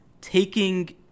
taking